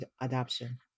adoption